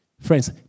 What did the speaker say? Friends